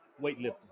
weightlifting